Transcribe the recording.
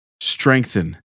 strengthen